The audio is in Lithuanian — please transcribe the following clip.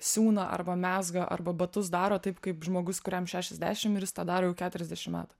siūna arba mezga arba batus daro taip kaip žmogus kuriam šešiasdešimt ir jis tą daro jau ketriasdešim metų